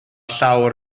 llawr